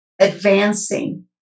advancing